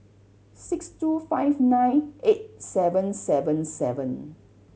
six two five nine eight seven seven seven